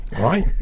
right